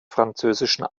französischen